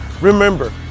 remember